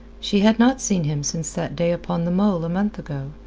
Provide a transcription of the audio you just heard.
she had not seen him since that day upon the mole a month ago,